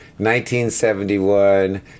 1971